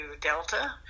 Delta